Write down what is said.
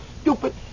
stupid